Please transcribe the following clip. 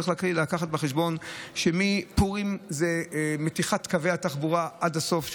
צריך לקחת בחשבון שמפורים מתיחת קווי התחבורה היא עד הסוף.